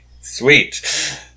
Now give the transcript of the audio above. sweet